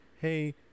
hey